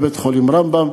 בבית-חולים רמב"ם,